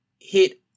hit